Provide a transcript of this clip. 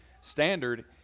standard